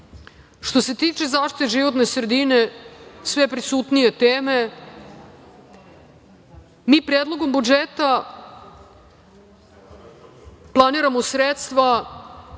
itd. Što se tiče zaštite životne sredine, sve prisutnije teme, mi Predlogom budžeta planiramo sredstva